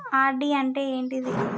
RD అంటే ఏంటిది?